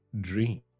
dream